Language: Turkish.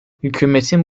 hükümetin